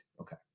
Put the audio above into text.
Okay